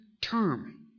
term